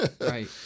Right